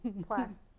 plus